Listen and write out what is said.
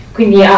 Quindi